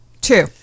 Two